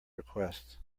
request